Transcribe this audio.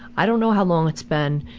i don't know how long it's been.